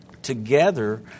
Together